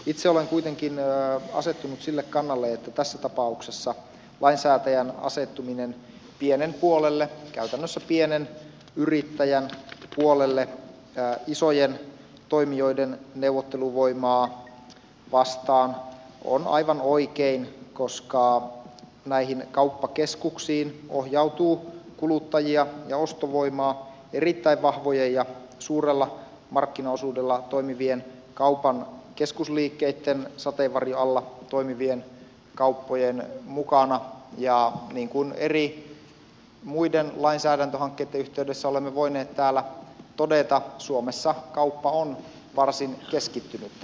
itse olen kuitenkin asettunut sille kannalle että tässä tapauksessa lainsäätäjän asettuminen pienen puolelle käytännössä pienen yrittäjän puolelle isojen toimijoiden neuvotteluvoimaa vastaan on aivan oikein koska näihin kauppakeskuksiin ohjautuu kuluttajia ja ostovoimaa erittäin vahvojen ja suurella markkinaosuudella toimivien kaupan keskusliikkeitten sateenvarjon alla toimivien kauppojen mukana ja niin kuin muiden eri lainsäädäntöhankkeitten yhteydessä olemme voineet täällä todeta suomessa kauppa on varsin keskittynyttä